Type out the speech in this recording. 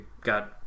got